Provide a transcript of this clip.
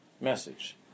message